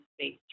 space